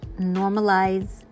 normalize